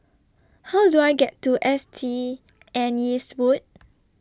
How Do I get to S T Anne's Wood